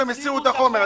הסירו את החומר.